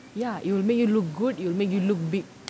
ya it will make you look good it will make you look big